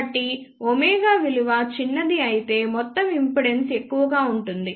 కాబట్టి ఒమేగా విలువ చిన్నది అయితే మొత్తం ఇంపిడెన్స్ ఎక్కువ గా ఉంటుంది